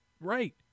Right